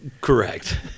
Correct